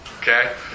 okay